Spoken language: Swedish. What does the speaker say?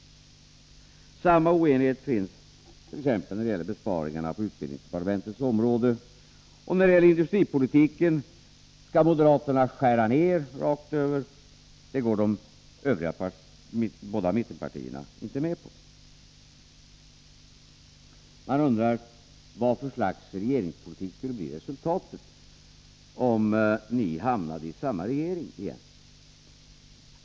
Samma oenighet finns t.ex. när det gäller besparingarna på utbildningsdepartementets område, och när det gäller industripolitiken skall moderaterna skära ner rakt över, men det går de båda mittenpartierna inte med på. Man undrar vad för slags regeringspolitik som skulle bli resultatet om ni hamnade i samma regering igen.